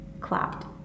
clapped